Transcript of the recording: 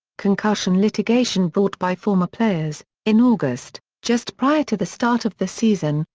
concussion litigation brought by former players in august, just prior to the start of the season,